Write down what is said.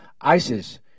ISIS